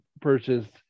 purchased